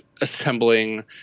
assembling